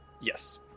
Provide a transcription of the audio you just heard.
Yes